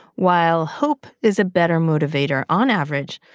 while hope is a better motivator, on average,